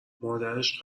مادرش